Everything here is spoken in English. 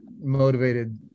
motivated